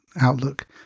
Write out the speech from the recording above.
outlook